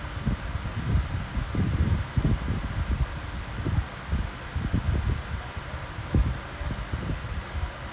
and then I mean it looks so complicated like I don't know why ஆனா புரியவே இல்ல எனக்கு:aanaa puriyavae illa enakku like what is this they want something I'm thinking like why she asked me